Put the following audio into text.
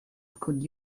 could